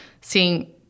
seeing